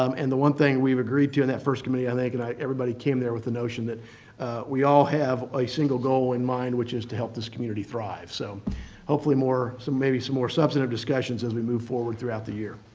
um and the one thing we've agreed to in that first committee i think, and everybody came there with the notion that we all have a single goal in mind, which is to help this community thrive. so hopefully more maybe some more substantive discussions as we move forward throughout the year.